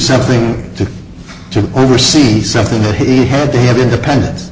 something to oversee something that he had to have independen